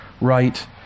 right